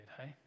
hey